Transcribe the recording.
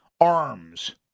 arms